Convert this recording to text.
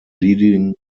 leading